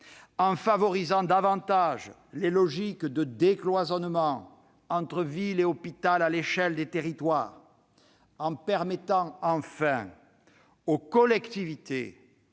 favoriser davantage les logiques de décloisonnement entre ville et hôpital, à l'échelle des territoires. Enfin, il faut permettre aux collectivités